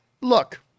Look